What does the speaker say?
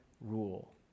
rule